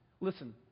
Listen